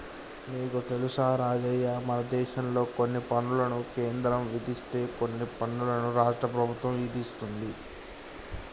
నీకు తెలుసా రాజయ్య మనదేశంలో కొన్ని పనులను కేంద్రం విధిస్తే కొన్ని పనులను రాష్ట్ర ప్రభుత్వం ఇదిస్తుంది